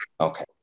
Okay